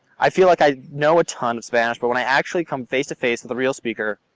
i feel like i know a ton of spanish, but when i actually come face to face with a real speaker,